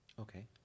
Okay